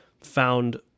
found